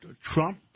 Trump